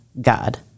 God